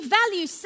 value